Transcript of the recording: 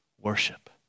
worship